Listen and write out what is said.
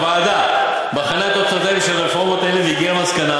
הוועדה בחנה את תוצאותיהן של רפורמות אלו והגיעה למסקנה